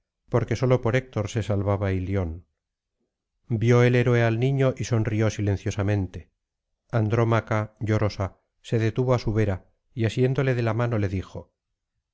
porque sólo por héctor se salvaba ilion vio el héroe al niño y sonrió silenciosamente andrómaca llorosa se detuvo á su vera y asiéndole de la mano le dijo